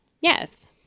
yes